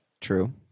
True